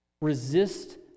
Resist